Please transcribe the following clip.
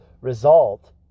result